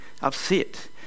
upset